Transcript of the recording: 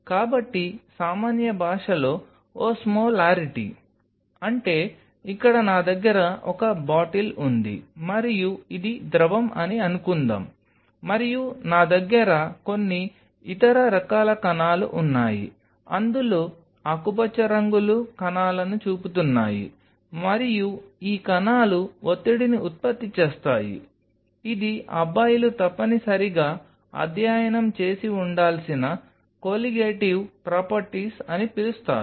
కాబట్టి సామాన్య భాషలో ఓస్మోలారిటీ అంటే ఇక్కడ నా దగ్గర ఒక బాటిల్ ఉంది మరియు ఇది ద్రవం అని అనుకుందాం మరియు నా దగ్గర కొన్ని ఇతర రకాల కణాలు ఉన్నాయి అందులో ఆకుపచ్చ రంగులు కణాలను చూపుతున్నాయి మరియు ఈ కణాలు ఒత్తిడిని ఉత్పత్తి చేస్తాయి ఇది అబ్బాయిలు తప్పనిసరిగా అధ్యయనం చేసి ఉండాల్సిన కొలిగేటివ్ ప్రాపర్టీస్ అని పిలుస్తారు